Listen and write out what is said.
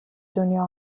دنیا